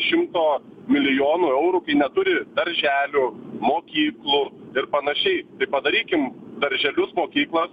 šimto milijonų eurų kai neturi darželių mokyklų ir panašiai padarykim darželius mokyklas